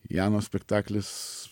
jano spektaklis